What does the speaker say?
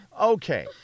Okay